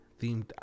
themed